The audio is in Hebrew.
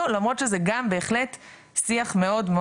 בעזרת משקפיים שבוחנות כל דבר,